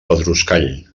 pedruscall